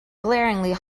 glaringly